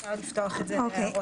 אפשר לפתוח את זה להערות.